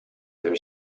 their